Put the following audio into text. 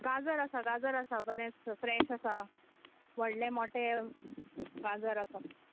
गाजर आसा गाजर आसा बरें फ्रॅश आसा व्हडले मोठे गाजर आसा